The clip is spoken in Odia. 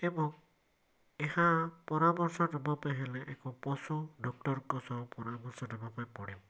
ଏବଂ ଏହା ପରାମର୍ଶ ଯୁବପ ହେଲେ ଏକ ପଶୁ ଡ଼କ୍ଟରଙ୍କ ସହ ପରାମର୍ଶ ନେବା ପାଇଁ ପଡ଼ିବ